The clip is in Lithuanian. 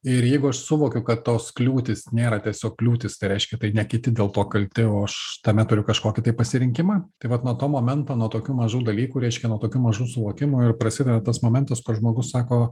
ir jeigu aš suvokiu kad tos kliūtys nėra tiesiog kliūtys tai reiškia tai ne kiti dėl to kalti o aš tame turiu kažkokį tai pasirinkimą tai vat nuo to momento nuo tokių mažų dalykų reiškia nuo tokių mažų suvokimų ir prasideda tas momentas žmogus sako